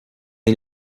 aon